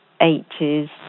80s